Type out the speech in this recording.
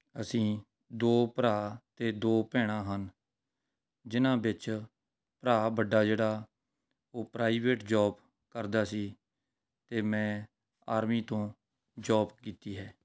ਅਸੀਂ ਦੋ ਭਰਾ ਅਤੇ ਦੋ ਭੈਣਾਂ ਹਨ ਜਿਨ੍ਹਾਂ ਵਿੱਚ ਭਰਾ ਵੱਡਾ ਜਿਹੜਾ ਉਹ ਪ੍ਰਾਈਵੇਟ ਜੌਬ ਕਰਦਾ ਸੀ ਅਤੇ ਮੈਂ ਆਰਮੀ ਤੋਂ ਜੌਬ ਕੀਤੀ ਹੈ